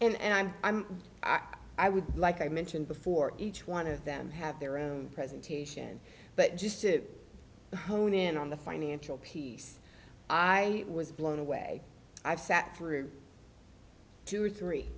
question and i'm i'm i would like i mentioned before each one of them have their own presentation but just to hone in on the financial piece i was blown away i've sat through two or three